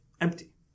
empty